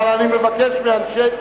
אבל אני מבקש מאנשי,